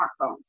smartphones